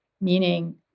meaning